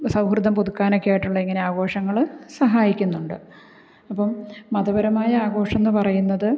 സൗഹൃദം പുതുക്കാനൊക്കെയായിട്ടുള്ള ഇങ്ങനെ ആഘോഷങ്ങൾ സഹായിക്കുന്നുണ്ട് അപ്പം മതപരമായ ആഘോഷം എന്നു പറയുന്നത്